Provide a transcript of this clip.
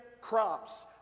crops